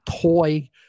toy